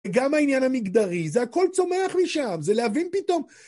גם העניין המגדרי, זה הכל צומח משם, זה להבין פתאום...